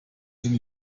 sind